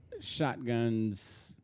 shotguns